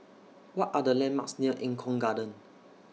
What Are The landmarks near Eng Kong Garden